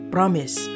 Promise